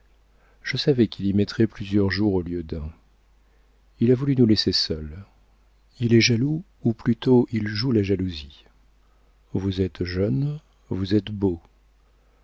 je savais qu'il y mettrait plusieurs jours au lieu d'un il a voulu nous laisser seuls il est jaloux ou plutôt il joue la jalousie vous êtes jeune vous êtes beau